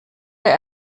der